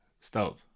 stop